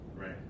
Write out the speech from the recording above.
Right